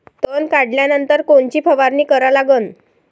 तन काढल्यानंतर कोनची फवारणी करा लागन?